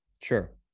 Sure